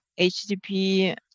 HTTP